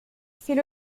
fait